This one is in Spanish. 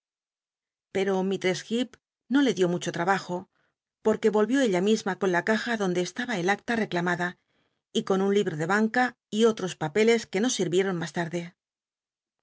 pero misttcss llecp no le tlió mucho tmhajo potque voiyió ella misma con la caja donde estaba el acta reclamada y con un libro de banca y otros papeles que nos sirvieron mas tarde